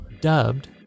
dubbed